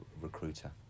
recruiter